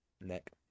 Neck